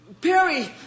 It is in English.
Perry